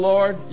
Lord